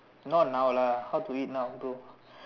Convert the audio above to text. not now lah how to eat now bro